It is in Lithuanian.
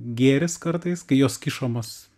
gėris kartais kai jos kišamos